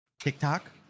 tiktok